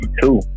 two